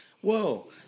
whoa